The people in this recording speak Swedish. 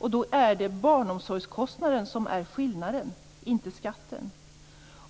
I det fallet är det barnomsorgskostnaden som är skillnaden, inte skatten.